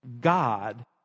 god